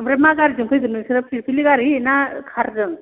ओमफ्राय मा गारिजों फैगोन नोंसोरो फिरफिलि गारि ना कारजों